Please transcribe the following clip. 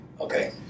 Okay